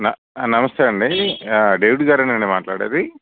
నమస్తే అండి డేవిడ్ గారేనా అండి మాట్లాడేది